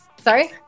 sorry